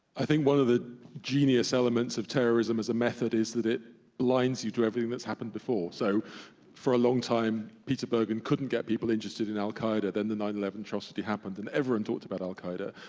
i think one of the genius elements of terrorism as a method is that it blinds you to everything that's happened before, so for a long time, peter bergen couldn't get people interested in al-qaeda then the nine eleven tragedy happened, and everyone talked about al-qaeda,